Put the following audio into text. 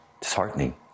disheartening